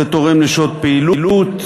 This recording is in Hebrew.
זה תורם לשעות פעילות,